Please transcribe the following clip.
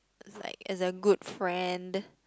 like as a good friend